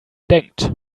denkt